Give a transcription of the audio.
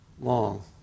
long